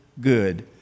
good